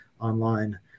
online